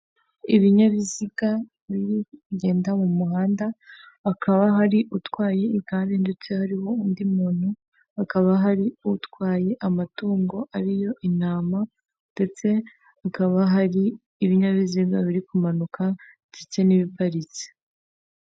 Ibinyabiziga biri kugenda mu muhanda, hakaba hari utwaye igare ndetse hariho undi muntu, hakaba hari utwaye amatungo ariyo intama, ndetse hakaba hari ibinyabiziga biri kumanuka, ndetse n'ibiparitse.